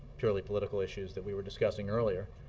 purely political issues that we were discussing earlier.